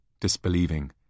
disbelieving